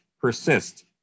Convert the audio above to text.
persist